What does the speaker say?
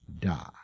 die